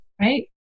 right